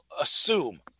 assume